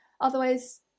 Otherwise